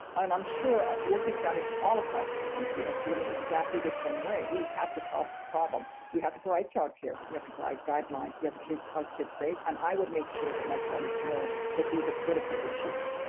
and i'm sure working families all across this country are feeling exactly the same way. we have to solve these problems. we have to provide child care. we have to provide guidelines. we have to keep kids safe. and i will make sure that my colleagues know that these are critical issues.